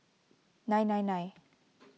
nine nine nine